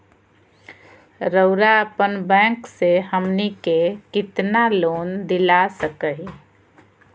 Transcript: रउरा अपन बैंक से हमनी के कितना लोन दिला सकही?